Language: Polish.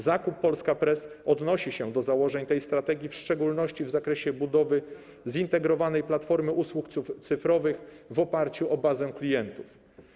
Zakup Polska Press odnosi się do założeń tej strategii, w szczególności w zakresie budowy zintegrowanej platformy usług cyfrowych w oparciu o bazę klientów.